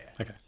Okay